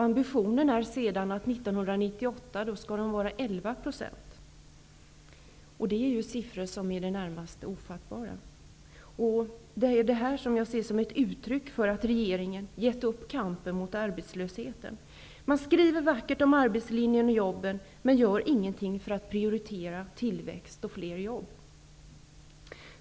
Ambitionen är att den 1998 skall vara 11 %. Det är siffror som i det närmaste är ofattbara. Det här ser jag som ett uttryck för att regeringen har gett upp kampen mot arbetslösheten. Man skriver vackert om arbetslinjen och jobben men gör ingenting för att prioritera tillväxt och fler jobb.